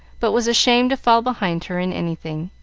but was ashamed to fall behind her in anything.